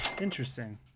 interesting